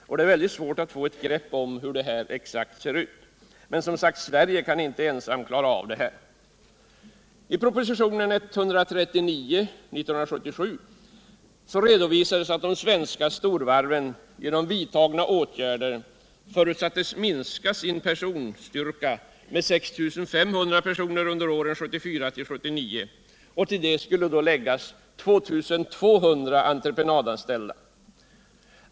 Men det är väldigt svårt att få ett grepp om hur det exakt förhåller sig. under åren 1974-1979, vartill kommer 2 200 entreprenadanställda.